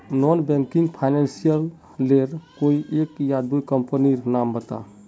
Non banking financial लेर कोई एक या दो कंपनी नीर नाम बता?